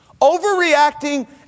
Overreacting